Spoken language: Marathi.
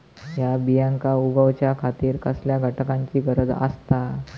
हया बियांक उगौच्या खातिर कसल्या घटकांची गरज आसता?